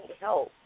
help